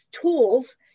tools